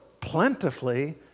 plentifully